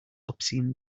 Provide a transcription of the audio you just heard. obscene